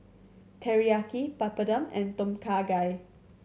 Teriyaki Papadum and Tom Kha Gai